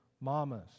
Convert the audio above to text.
mamas